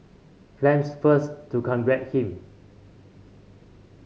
Phelps first to congratulate him